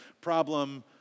problem